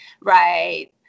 right